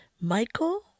michael